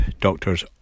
doctor's